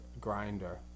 grinder